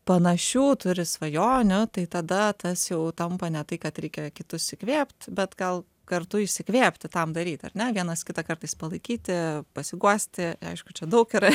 panašių turi svajonių tai tada tas jau tampa ne tai kad reikia kitus įkvėpt bet gal kartu išsikvėpti tam daryt ar ne vienas kitą kartais palaikyti pasiguosti aišku čia daug yra